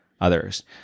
others